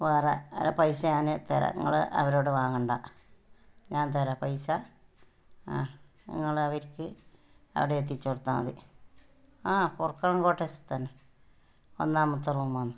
വേറെ പൈസ ഞാൻ തരാം നിങ്ങൾ അവരോട് വാങ്ങണ്ട ഞാൻ തരാം പൈസ ആ നിങ്ങൾ അവർക്ക് അവിടെ എത്തിച്ച് കൊടുത്താൽ മതി ആ പൊറക്കൊളം കോട്ടേഴ്സിൽ തന്നെ ഒന്നാമത്തെ റൂമാണ്